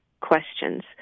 questions